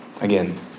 Again